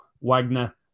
Wagner